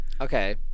Okay